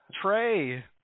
Trey